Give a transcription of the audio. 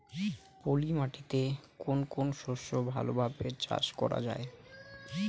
পলি মাটিতে কোন কোন শস্য ভালোভাবে চাষ করা য়ায়?